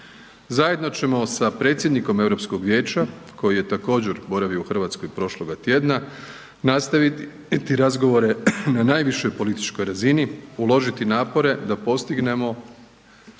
Zajedno ćemo sa predsjednikom EU vijeća koji je također, boravio u Hrvatskoj prošloga tjedna, nastaviti razgovore na najvišoj političkoj razini, uložiti napore da postignemo